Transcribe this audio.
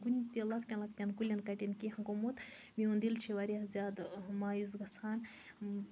کُنہِ تہِ لۄکٹٮ۪ن لۄکٹٮ۪ن کُلٮ۪ن کَٹٮ۪ن کیٚنٛہہ گوٚمُت میون دل چھُ واریاہ زیادٕ مایوٗس گژھان